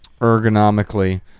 ergonomically